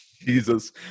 Jesus